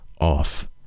off